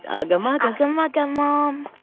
ugga mugga. ugga mugga, mom.